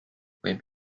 võib